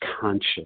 conscious